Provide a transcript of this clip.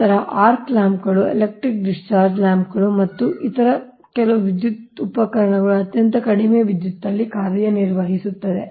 ನಂತರ ಆರ್ಕ್ ಲ್ಯಾಂಪ್ಗಳು electric discharge ಲ್ಯಾಂಪ್ಗಳು ಮತ್ತು ಇತರ ಕೆಲವು ವಿದ್ಯುತ್ ಉಪಕರಣಗಳು ಅತ್ಯಂತ ಕಡಿಮೆ ವಿದ್ಯುತ್ ಲ್ಲಿ ಕಾರ್ಯನಿರ್ವಹಿಸುತ್ತವೆ